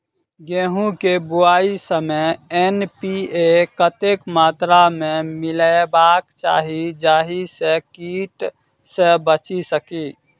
गेंहूँ केँ बुआई समय एन.पी.के कतेक मात्रा मे मिलायबाक चाहि जाहि सँ कीट सँ बचि सकी?